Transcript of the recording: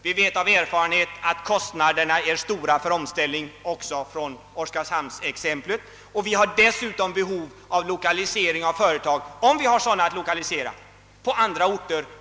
Vi vet av erfarenhet från Oskarshamn att kostnaderna för en omställning är betydande. Dessutom har vi behov av lokalisering av företag till många andra orter.